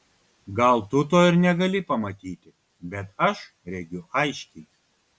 gal tu to ir negali pamatyti bet aš regiu aiškiai